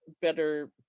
Better